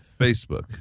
Facebook